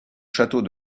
château